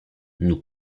nous